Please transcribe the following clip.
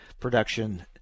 production